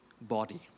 body